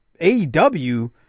AEW